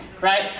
Right